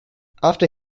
after